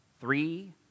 three